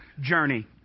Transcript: journey